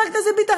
חבר הכנסת ביטן,